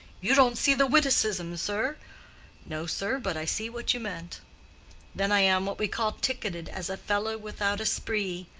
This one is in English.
you don't see the witticism, sir no, sir, but i see what you meant then i am what we call ticketed as a fellow without esprit.